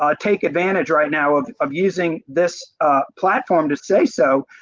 ah take advantage right now of of using this platform to say so,